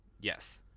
Yes